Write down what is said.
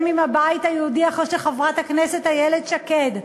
עם הבית היהודי אחרי שחברת הכנסת איילת שקד,